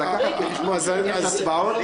לקחת בחשבון בזמן ההצבעות